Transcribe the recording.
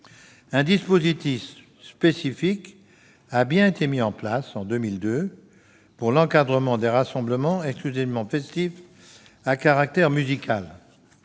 Un dispositif spécifique a bien été mis en place en 2002 pour l'encadrement des rassemblements exclusivement festifs à caractère musical.